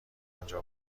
آنجا